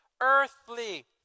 earthly